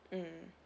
mm